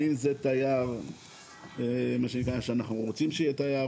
האם זה תייר שאנחנו רוצים שיהיה תייר,